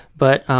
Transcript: but